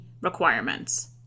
requirements